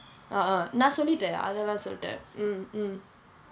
ah ah நான் சொல்லிட்டேன் அதெல்லாம் சொல்லிட்டேன்:naan sollitten athellaam solliten mm mm